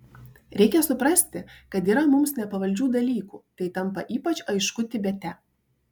reikia suprasti kad yra mums nepavaldžių dalykų tai tampa ypač aišku tibete